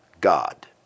God